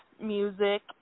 music